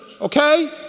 okay